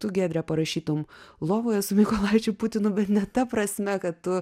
tu giedre parašytum lovoje su mykolaičiu putinu bet ne ta prasme kad tu